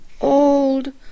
old